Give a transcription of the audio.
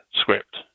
script